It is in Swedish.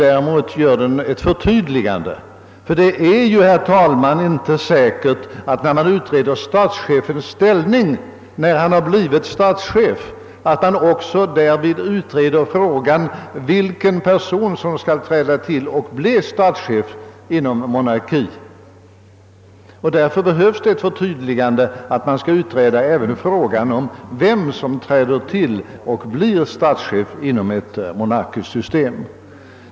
Däremot gör den ett förtydligande, ty det är, herr talman, inte säkert att man vid utredning om statschefens ställning därvid också utreder frågan om vilken person som skall träda till och bli statschef inom en monarki. Därför behövs ett förtydligande om att man skall utreda även frågan om vem som träder till och blir statschef inom ett monarkistiskt system.